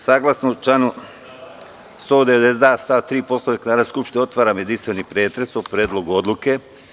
Saglasno članu 192. stav 3. Poslovnika Narodne skupštine, otvaram jedinstveni pretres o Predlogu odluke.